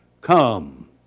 Come